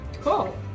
Cool